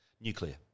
Nuclear